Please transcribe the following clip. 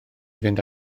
fynd